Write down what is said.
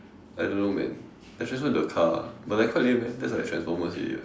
I don't know man I transfrom into a car but like quite lame eh that's like transformer already